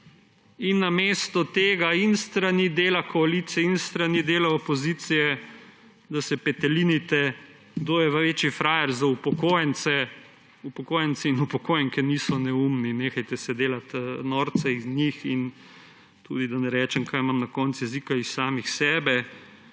se namesto tega in s strani dela koalicije in s strani dela opozicije petelinite, kdo je večji frajer za upokojence – upokojenci in upokojenke niso neumni. Nehajte se delati norca iz njih in tudi, da ne rečem, kar imam na koncu jezika, iz samih sebe.